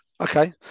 Okay